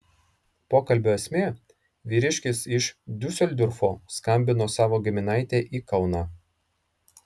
pokalbio esmė vyriškis iš diuseldorfo skambino savo giminaitei į kauną